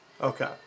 Okay